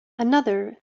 another